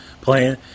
playing